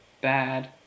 bad